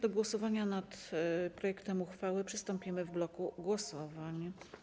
Do głosowania nad projektem uchwały przystąpimy w bloku głosowań.